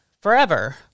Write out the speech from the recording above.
forever